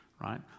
right